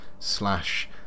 slash